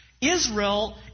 Israel